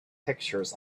pictures